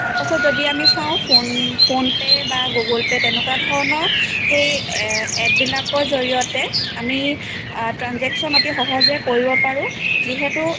তাৰপাছত আমি যদি চাওঁ ফোন ফোনপে' বা গুগল পে' তেনেকুৱা ধৰণৰ সেই এ এপবিলাকৰ জৰিয়তে আমি ট্ৰানজেকশ্যন অতি সহজে কৰিব পাৰোঁ যিহেতু